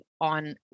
on